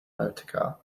motorcar